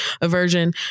aversion